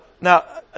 Now